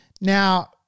Now